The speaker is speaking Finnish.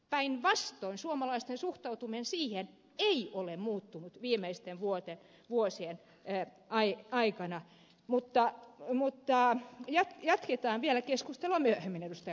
päinvastoin suomalaisten suhtautuminen siihen ei ole muuttunut viimeisten vuosien aikana mutta jatketaan vielä keskustelua myöhemmin ed